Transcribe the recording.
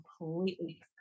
completely